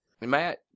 Matt